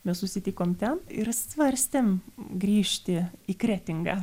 mes susitikom ten ir svarstėm grįžti į kretingą